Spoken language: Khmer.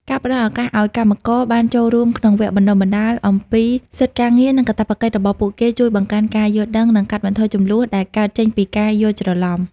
ការផ្ដល់ឱកាសឱ្យកម្មករបានចូលរួមក្នុងវគ្គបណ្ដុះបណ្ដាលអំពីសិទ្ធិការងារ និងកាតព្វកិច្ចរបស់ពួកគេ ជួយបង្កើនការយល់ដឹង និងកាត់បន្ថយជម្លោះដែលកើតចេញពីការយល់ច្រឡំ។